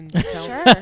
sure